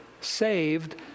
saved